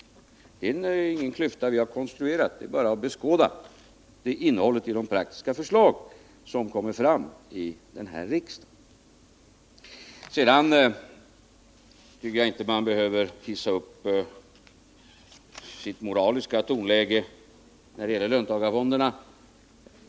Det är ingen klyfta som vi har konstruerat. Det är bara att beskåda innehållet i de praktiska förslag som kommer fram i denna riksdag. Sedan tycker jag inte att man behöver hissa upp sitt moraliska tonläge när det gäller löntagarfonderna.